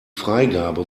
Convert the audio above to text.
freigabe